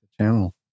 Channel